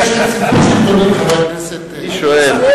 אז אני שואל,